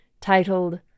titled